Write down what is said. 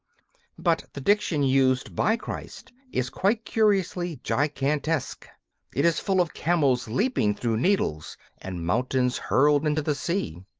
but the diction used by christ is quite curiously gigantesque it is full of camels leaping through needles and mountains hurled into the sea.